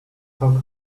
thou